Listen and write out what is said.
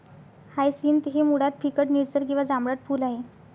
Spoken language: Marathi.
हायसिंथ हे मुळात फिकट निळसर किंवा जांभळट फूल आहे